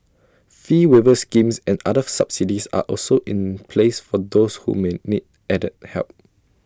fee waiver schemes and further subsidies are also in place for those who may need added help